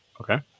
Okay